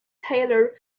taylor